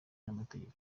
n’amategeko